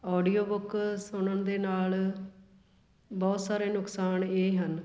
audio book ਸੁਣਨ ਦੇ ਨਾਲ ਬਹੁਤ ਸਾਰੇ ਨੁਕਸਾਨ ਇਹ ਹਨ